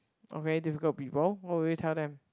oh very difficult people what will you tell them